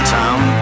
town